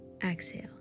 Exhale